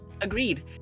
Agreed